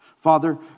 Father